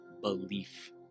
belief